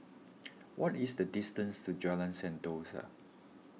what is the distance to Jalan Sentosa